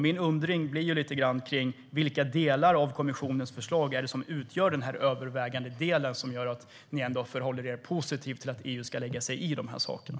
Då undrar jag vilka delar av kommissionens förslag som utgör den övervägande delen och som gör att ni förhåller er positiva till att EU ska lägga sig i de här sakerna.